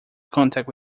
contact